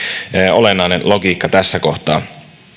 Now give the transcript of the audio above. olennainen logiikka tässä kohtaa